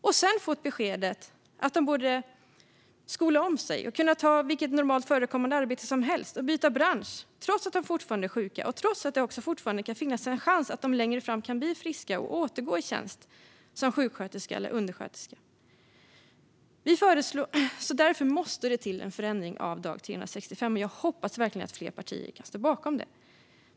Sedan har de fått beskedet att de borde skola om sig för att kunna ta vilket normalt förekommande arbete som helst och byta bransch - trots att de fortfarande är sjuka och trots att det fortfarande kan finnas en chans att de längre fram blir friska och kan återgå i tjänst som sjuksköterska eller undersköterska. Därför måste det till en förändring av dag 365, och jag hoppas verkligen att fler partier kan stå bakom det.